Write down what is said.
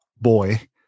boy